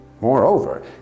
Moreover